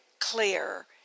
clear